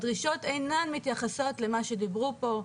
הדרישות אינן מתייחסות למה שדיברו פה.